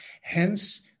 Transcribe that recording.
Hence